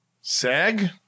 Sag